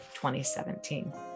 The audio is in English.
2017